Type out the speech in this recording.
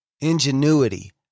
ingenuity